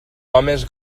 homes